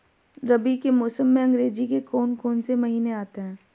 रबी के मौसम में अंग्रेज़ी के कौन कौनसे महीने आते हैं?